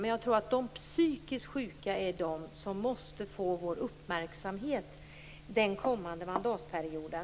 Men jag tror att de psykiskt sjuka är de som måste få vår uppmärksamhet den kommande mandatperioden.